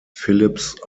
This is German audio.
philipps